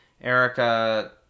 Erica